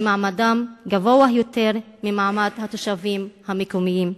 שמעמדם גבוה יותר ממעמד התושבים המקומיים.